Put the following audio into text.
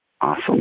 Awesome